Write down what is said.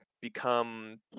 become –